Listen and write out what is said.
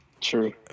True